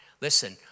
Listen